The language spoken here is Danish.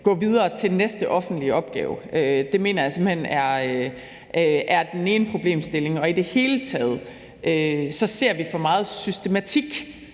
gå videre til den næste offentlige opgave, er den ene problemstilling. I det hele taget ser vi for meget systematik,